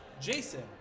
Jason